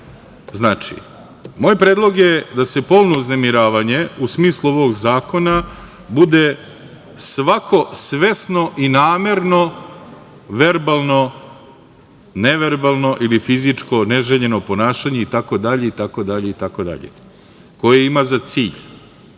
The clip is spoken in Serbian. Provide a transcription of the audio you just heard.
Znači, moj predlog je da polno uznemiravanje u smislu ovog ovog zakona bude svako svesno i namerno verbalno, neverbalno ili fizičko neželjeno ponašanje itd, koje ima za cilj,